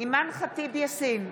אימאן ח'טיב יאסין,